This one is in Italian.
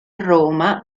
roma